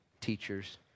teachers